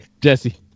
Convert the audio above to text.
Jesse